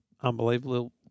unbelievable